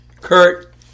Kurt